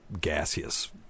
gaseous